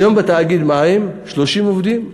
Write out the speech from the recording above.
והיום בתאגיד המים יש 30 עובדים,